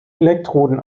elektroden